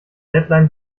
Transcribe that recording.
deadline